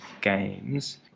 games